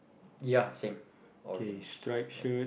ya same orange